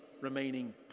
remaining